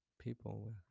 people